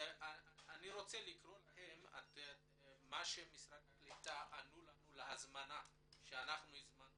אני רוצה לקרוא לכם את תשובת משרד העלייה והקליטה להזמנה שלנו להשתתפות